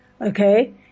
okay